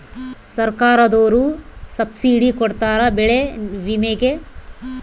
ಸರ್ಕಾರ್ದೊರು ಸಬ್ಸಿಡಿ ಕೊಡ್ತಾರ ಬೆಳೆ ವಿಮೆ ಗೇ